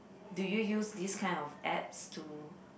do you use this kind of apps to